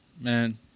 man